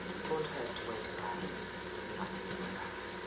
it won't hurt to wait a while and see how things work out.